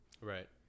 Right